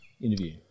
interview